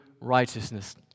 righteousness